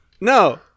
No